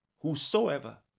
Whosoever